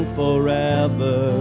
forever